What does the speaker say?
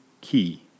key